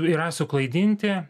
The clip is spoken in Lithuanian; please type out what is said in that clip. yra suklaidinti